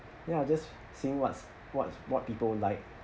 ya just seeing what's what's what people like